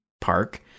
park